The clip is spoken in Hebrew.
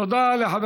תודה לחבר